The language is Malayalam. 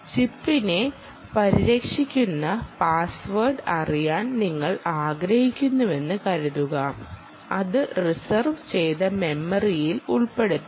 ചിപ്പിനെ പരിരക്ഷിക്കുന്ന പാസ്വേഡ് അറിയാൻ നിങ്ങൾ ആഗ്രഹിക്കുന്നുവെന്ന് കരുതുക അത് റിസർവ് ചെയ്ത മെമ്മറിയിൽ ഉൾപ്പെടുത്താം